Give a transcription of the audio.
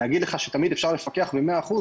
להגיד לך שתמיד אפשר לפקח במאה אחוז,